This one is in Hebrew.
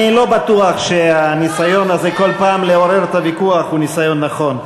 אני לא בטוח שהניסיון הזה כל פעם לעורר את הוויכוח הוא ניסיון נכון.